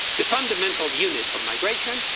the fundamental unit of migration,